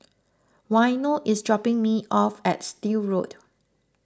Waino is dropping me off at Still Road